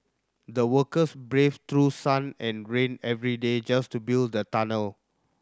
the workers braved through sun and rain every day just to build the tunnel